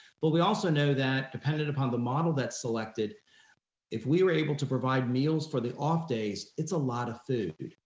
but we also know that dependent upon the model that selected if we were able to provide meals for the off days, it's a lot of food,